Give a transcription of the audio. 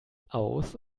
aus